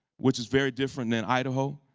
which is very different than idaho.